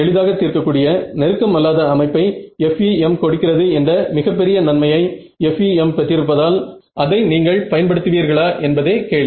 எளிதாக தீர்க்க கூடிய நெருக்கம் அல்லாத அமைப்பை FEM கொடுக்கிறது என்ற மிகப்பெரிய நன்மையை FEM பெற்றிருப்பதால் அதை நீங்கள் பயன் பயன்படுத்துவீர்களா என்பதே கேள்வி